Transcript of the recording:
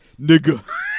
nigga